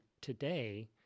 today